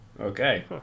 Okay